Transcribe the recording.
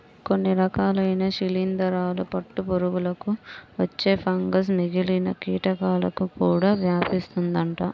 కొన్ని రకాలైన శిలీందరాల పట్టు పురుగులకు వచ్చే ఫంగస్ మిగిలిన కీటకాలకు కూడా వ్యాపిస్తుందంట